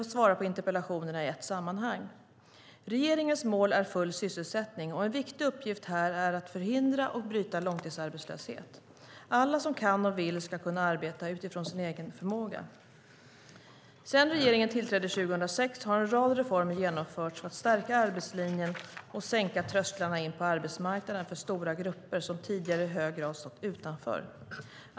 Jag svarar på interpellationerna i ett sammanhang. Regeringens mål är full sysselsättning, och en viktig uppgift är här att förhindra och bryta långtidsarbetslöshet. Alla som kan och vill ska kunna arbeta utifrån sin egen förmåga. Sedan regeringen tillträdde 2006 har en rad reformer genomförts för att stärka arbetslinjen och sänka trösklarna in på arbetsmarknaden för stora grupper som tidigare i hög grad stått utanför.